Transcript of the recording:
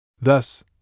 Thus